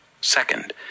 Second